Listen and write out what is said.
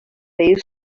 pedir